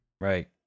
right